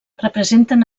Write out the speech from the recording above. representen